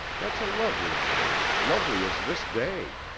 that's a lovely name, lovely as this day!